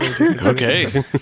Okay